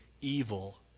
evil